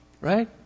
right